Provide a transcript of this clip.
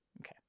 okay